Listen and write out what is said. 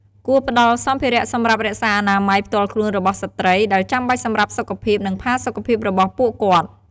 គួរផ្ដល់សម្ភារៈសម្រាប់រក្សាអនាម័យផ្ទាល់ខ្លួនរបស់ស្ត្រី ដែលចាំបាច់សម្រាប់សុខភាព និងផាសុកភាពរបស់ពួកគាត់។